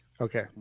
Okay